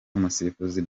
umusifuzi